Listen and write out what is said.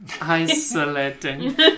Isolating